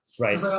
right